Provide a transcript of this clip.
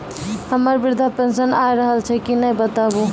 हमर वृद्धा पेंशन आय रहल छै कि नैय बताबू?